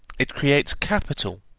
it creates capital,